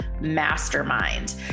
mastermind